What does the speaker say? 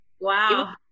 wow